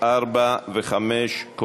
4 ו-5,